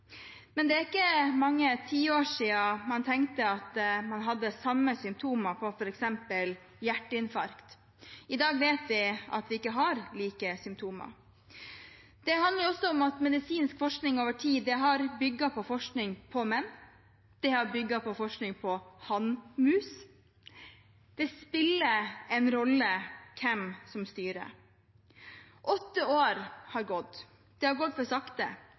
symptomer på f.eks. hjerteinfarkt. I dag vet vi at vi ikke har like symptomer. Det handler også om at medisinsk forskning over tid har bygget på forskning på menn, det har bygget på forskning på hannmus. Det spiller en rolle hvem som styrer. Åtte år har gått. Det har gått for sakte.